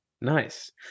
Nice